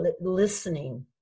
listening